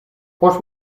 post